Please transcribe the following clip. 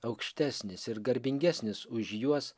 aukštesnis ir garbingesnis už juos